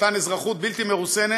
ומתן אזרחות בלתי מרוסנת,